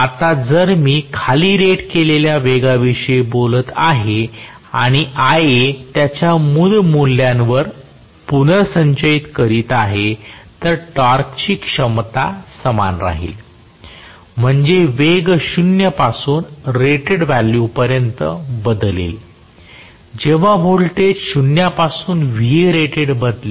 आता जर मी खाली रेट केलेल्या वेगाविषयी बोलत आहे आणि Ia त्याच्या मूळ मूल्यावर पुनर्संचयित करीत आहे तर टॉर्कची क्षमता समान राहील म्हणजे वेग 0 पासून रेटेड व्हॅल्यू पर्यंत बदलेल जेव्हा वोल्टेज 0 पासून Vrated बदलेल